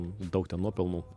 daug ten nuopelnų